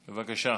בבקשה.